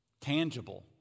Tangible